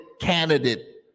candidate